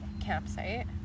campsite